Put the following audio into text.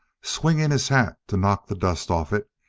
swinging his hat to knock the dust off it,